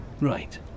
Right